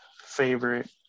favorite